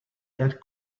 had